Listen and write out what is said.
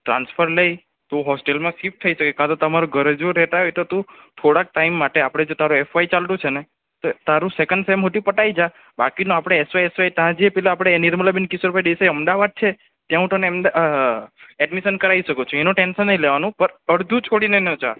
transfer લઈ તું હોસ્ટેલમાં શિફ્ટ થઈ શકે ક્યાં તો તમારા ઘરે જો રહેતા હોય તો તું થોડાક ટાઈમ માટે આપણે જો તારું એફ વાય ચાલતું છે ને તો તું તારું સેકન્ડ સેમ સુધી પતાવી જા બાકીના આપણે એસ વાય આપણે ત્યાં જે આપણે નિર્મલાબેન કિશોરભાઈ દેસાઈ અમદાવાદ છે ત્યાં હું તને એડમિશન કરાવી શકું છું એનું ટેન્શન નહીં લેવાનું પણ અડધું છોડીને ન જા